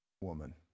woman